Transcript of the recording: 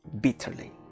bitterly